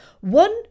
One